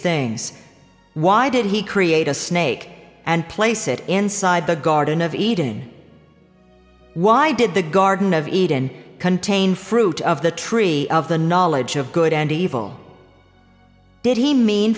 things why did he create a snake and place it inside the garden of eden why did the garden of eden contain fruit of the tree of the knowledge of good and evil did he mean